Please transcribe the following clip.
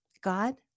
God